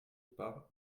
par